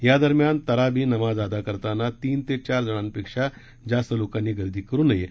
यादरम्यान तराबी नमाज़ अदा करताना तीन ते चार जणांपेक्षा जास्त गर्दी करु नये